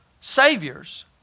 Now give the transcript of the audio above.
saviors